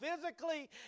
physically